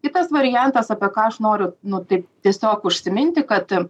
kitas variantas apie ką aš noriu nu tai tiesiog užsiminti kad